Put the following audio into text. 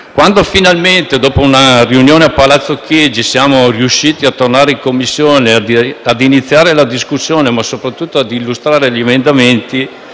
Quando finalmente, dopo una riunione a Palazzo Chigi, siamo riusciti a tornare in Commissione e a iniziare la discussione, ma soprattutto a illustrare gli emendamenti,